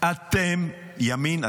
אתם ימין?